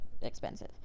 expensive